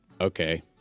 okay